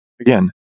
again